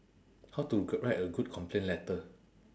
how to c~ write a good complain letter